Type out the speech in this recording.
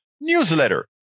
newsletter